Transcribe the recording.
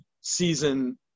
season